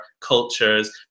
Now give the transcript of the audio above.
Cultures